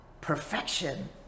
perfection